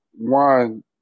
one